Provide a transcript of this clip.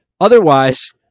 Otherwise